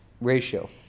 ratio